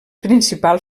principal